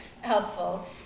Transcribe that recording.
helpful